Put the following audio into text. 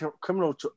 criminal